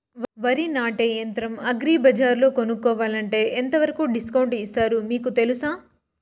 వరి నాటే యంత్రం అగ్రి బజార్లో కొనుక్కోవాలంటే ఎంతవరకు డిస్కౌంట్ ఇస్తారు మీకు తెలుసా?